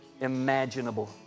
imaginable